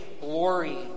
glory